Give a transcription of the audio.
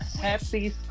Happy